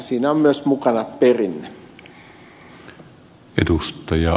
siinä on myös mukana perinne